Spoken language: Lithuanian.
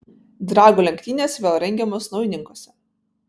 dragų lenktynės vėl rengiamos naujininkuose